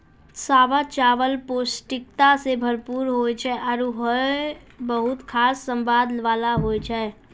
सावा चावल पौष्टिकता सें भरपूर होय छै आरु हय बहुत खास स्वाद वाला होय छै